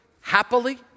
happily